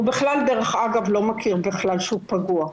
הוא בכלל דרך אגב לא מכיר בזה שהוא פגוע,